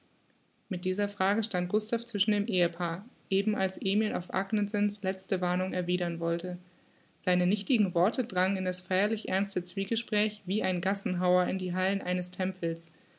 mit dieser frage stand gustav zwischen dem ehepaar eben als emil auf agnesens letzte warnung erwidern wollte seine nichtigen worte drangen in das feierlich ernste zwiegespräch wie ein gassenhauer in die hallen eines tempels